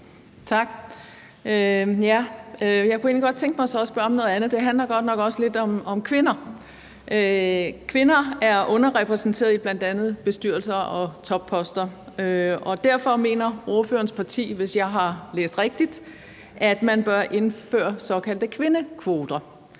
Tak. Jeg kunne egentlig godt tænke mig så at spørge om noget andet. Det handler nok også lidt om kvinder. Kvinder er underrepræsenteret i bl.a. bestyrelser og på topposter, og derfor mener ordførerens parti, hvis jeg har læst rigtigt, at man bør indføre såkaldte kvindekvoter.